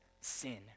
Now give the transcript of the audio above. sin